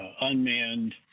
unmanned